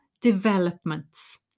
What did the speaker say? developments